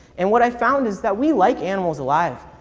and what i found is that we like animals alive.